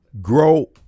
Grow